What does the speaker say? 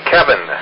Kevin